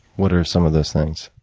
what are some of those things?